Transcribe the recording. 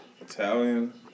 Italian